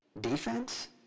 defense